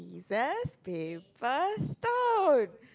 scissors paper stone